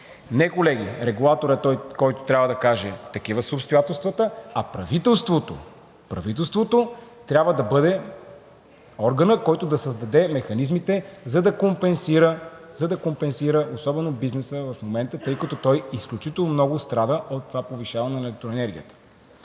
Не, колеги, регулаторът е този, който трябва да каже: такива са обстоятелствата, а правителството – правителството трябва да бъде органът, който да създаде механизмите, за да компенсира особено бизнеса в момента, тъй като той изключително много страда от това повишаване на електроенергията.